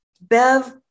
Bev